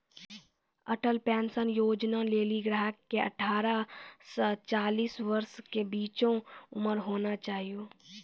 Atal pension योजना लेली ग्राहक के अठारह से चालीस वर्ष के बीचो उमर होना चाहियो